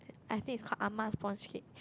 I think it's called Ah-Ma sponge cake